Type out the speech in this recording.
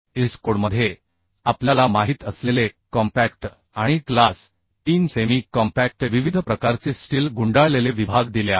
IS कोडमध्ये आपल्याला माहित असलेले कॉम्पॅक्ट आणि क्लास 3 सेमी कॉम्पॅक्ट विविध प्रकारचे स्टील गुंडाळलेले विभाग दिले आहेत